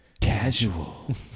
Casual